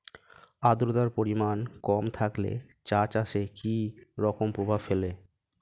আদ্রতার পরিমাণ কম থাকলে চা চাষে কি রকম প্রভাব ফেলে?